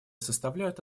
составляют